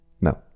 No